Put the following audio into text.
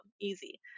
Easy